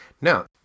Now